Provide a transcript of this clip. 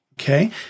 Okay